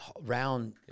round